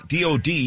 DOD